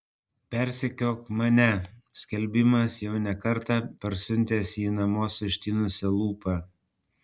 persekiok mane skelbimas jau ne kartą parsiuntęs jį namo su ištinusia lūpa